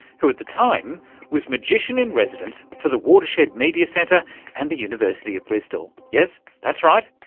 who at the time was magician in residence for the watershed media centre and the university of bristol. yes, that's right,